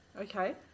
Okay